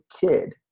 kid